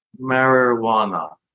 Marijuana